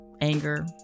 anger